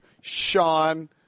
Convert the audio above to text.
sean